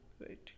right